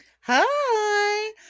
Hi